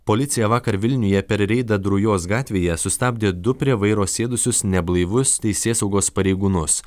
policija vakar vilniuje per reidą drujos gatvėje sustabdė du prie vairo sėdusius neblaivus teisėsaugos pareigūnus